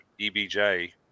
EBJ